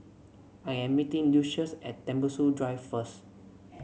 I am meeting Lucious at Tembusu Drive first